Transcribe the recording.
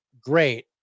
great